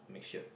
mixture